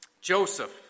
Joseph